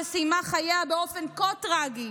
שסיימה חייה באופן כה טרגי,